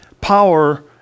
power